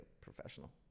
professional